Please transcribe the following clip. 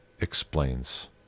explains